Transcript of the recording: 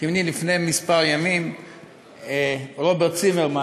אתם יודעים, לפני ימים מספר רוברט צימרמן,